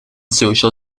social